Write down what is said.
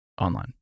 Online